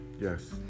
Yes